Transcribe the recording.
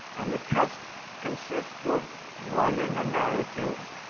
and the test consists of writing a narrative